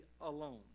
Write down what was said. alone